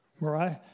Mariah